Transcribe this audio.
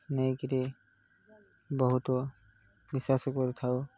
ନେଇକରି ବହୁତ ବିଶ୍ୱାସ କରିଥାଉ